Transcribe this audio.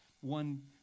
One